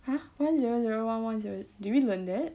!huh! one zero zero one one zero did we learn that